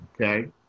Okay